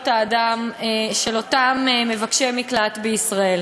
האדם של אותם מבקשי מקלט בישראל.